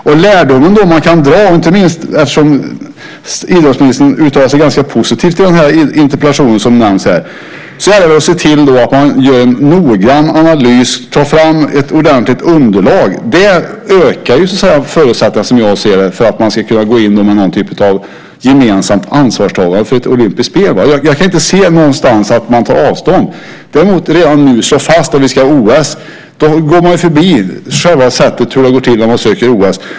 Den lärdom som kan dras, inte minst eftersom idrottsministern uttalar sig ganska positivt i den interpellation som nämns, är att se till att man gör en noggrann analys och tar fram ett ordentligt underlag. Det ökar förutsättningarna för att gå in med något gemensamt ansvarstagande inför ett olympiskt spel. Jag kan inte se att man någonstans tar avstånd. Jag vill redan nu slå fast att om vi ska ha OS går man förbi själva sättet hur det går till att söka OS.